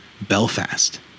Belfast